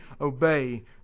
obey